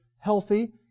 healthy